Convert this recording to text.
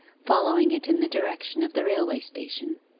following it in the direction of the railway station.